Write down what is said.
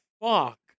fuck